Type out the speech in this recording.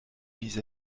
vis